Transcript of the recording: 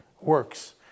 works